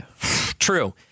True